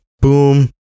boom